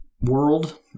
world